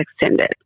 extended